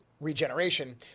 regeneration